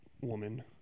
woman